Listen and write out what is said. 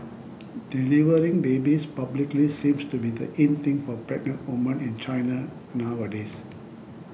delivering babies publicly seems to be the in thing for pregnant women in China nowadays